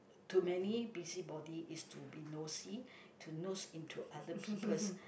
to many busybody is to be nosy to nose into other people's